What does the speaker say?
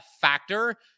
factor